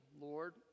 Lord